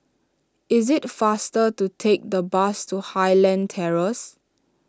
it is faster to take the bus to Highland Terrace